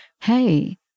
hey